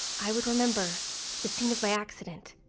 i would remember the scene of my accident,